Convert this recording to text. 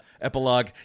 epilogue